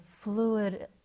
fluid